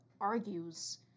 argues